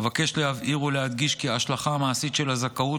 אבקש להבהיר ולהדגיש כי ההשלכה המעשית של הזכאות